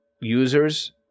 users